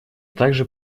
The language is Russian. также